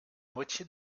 moitié